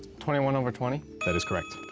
twenty one over twenty. that is correct.